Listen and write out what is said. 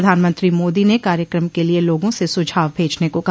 प्रधानमंत्री मोदी ने कार्यक्रम के लिए लोगों से सुझाव भेजने को कहा